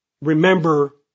remember